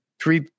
three